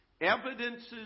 Evidences